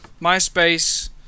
MySpace